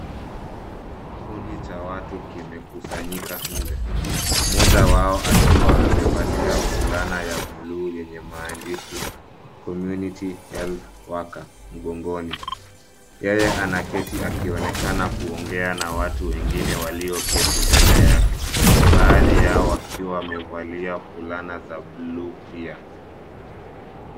Kikundi cha watu kimekusanyika nje. Mmoja wao akiwa amevalia fulana ya buluu yenye maandishi COMMUNITY HEALTH WORKER mgogoni. Yeye anaketi akionekana kuongea na watu wengine walioketi mbele yake. Baadhi yao wakiwa wamevalia fulana za buluu pia.